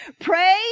Pray